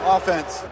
Offense